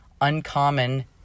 uncommon